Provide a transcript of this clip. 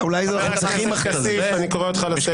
חבר הכנסת בליאק, אני קורא אותך לסדר.